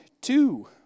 two